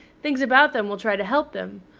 things about them will try to help them.